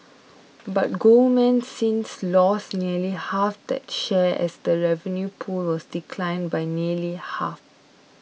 but Goldman since lost nearly half that share as the revenue pool has declined by nearly half